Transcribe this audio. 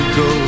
go